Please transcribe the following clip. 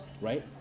right